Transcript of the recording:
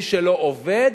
מי שלא עובד,